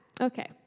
Okay